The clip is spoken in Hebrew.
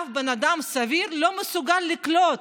אף בן אדם סביר לא מסוגל לקלוט,